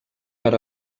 per